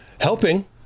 Helping